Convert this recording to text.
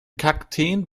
kakteen